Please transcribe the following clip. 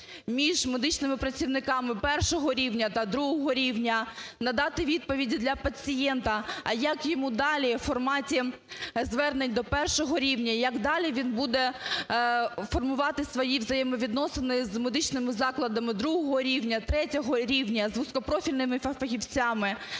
між медичними працівниками першого рівня та другого рівня, надати відповіді для пацієнта, як йому далі у форматі звернень до першого рівня, як далі він буде формувати свої взаємовідносини з медичними закладами другого рівня, третього рівня, з вузькопрофільними фахівцями.